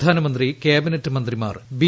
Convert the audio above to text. പ്രധാനമന്ത്രി ക്യാബിനറ്റ് മന്ത്രിമാർ ബി